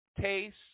taste